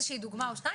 יש רגישות מסוימת,